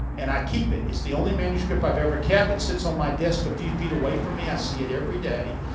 and i keep it. it's the only manuscript i've ever kept. it sits on my desk a few feet away from me. i see it every day.